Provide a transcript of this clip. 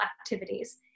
activities